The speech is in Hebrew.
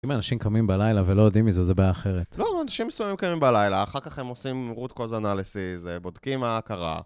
אם אנשים קמים בלילה ולא יודעים מזה, זה בעיה אחרת. לא, אנשים מסוימים קמים בלילה, אחר כך הם עושים רוט קוז אנליסיס, בודקים מה קרה.